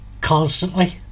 constantly